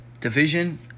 Division